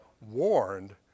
warned